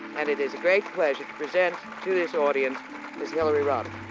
and it is a great pleasure to present to this audience miss hillary rodham.